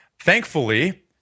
Thankfully